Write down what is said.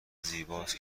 زیباست